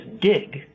dig